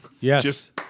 Yes